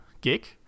gig